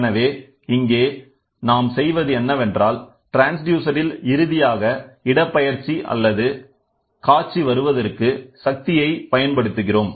எனவே இங்கே நாம் செய்வது என்னவென்றால்ட்ரான்ஸ்டியூசர் இல் இறுதியாக இடப்பெயர்ச்சி அல்லது காட்சி வருவதற்கு சக்தியை பயன்படுத்துகிறோம்